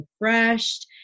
refreshed